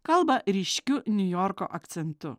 kalba ryškiu niujorko akcentu